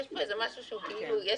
אני